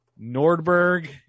Nordberg